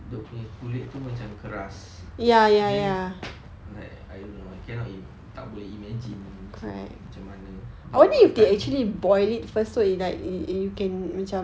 dia punya kulit tu macam keras then like I don't know I cannot in~ tak boleh imagine macam mana orang makan